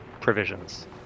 provisions